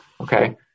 Okay